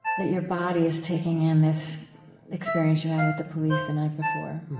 that your body is taking in this experience you had with the police the night before